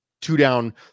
two-down